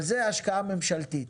אבל זה השקעה ממשלתית.